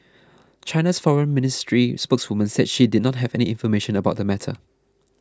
China's foreign ministry spokeswoman said she did not have any information about the matter